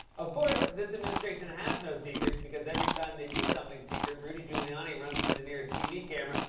of course, this administration has no secrets because every time they do something secret, rudy giuliani runs to the nearest tv camera,